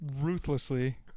ruthlessly